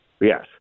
Yes